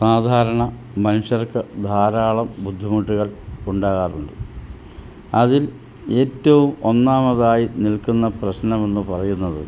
സാധാരണ മനുഷ്യർക്ക് ധാരാളം ബുദ്ധിമുട്ടുകൾ ഉണ്ടാകാറുണ്ട് അതിൽ ഏറ്റവും ഒന്നാമതായി നിൽക്കുന്ന പ്രശ്നമെന്ന് പറയുന്നത്